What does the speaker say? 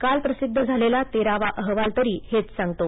काल प्रसिद्ध झालेला तेरावा अहवाल तरी हेच सांगतो